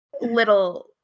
little